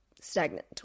stagnant